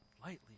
lightly